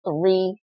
three